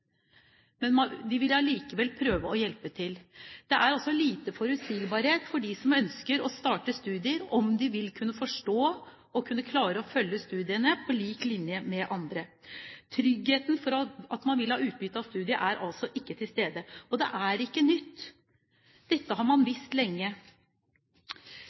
Men de vil likevel prøve å hjelpe til. Det er altså lite forutsigbarhet for dem som ønsker å starte studier, om de vil kunne forstå og klare å følge studiene på lik linje med andre. Tryggheten for at man vil ha utbytte av studiene, er altså ikke til stede. Det er ikke nytt, dette har man